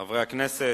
חברי הכנסת,